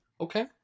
Okay